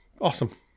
awesome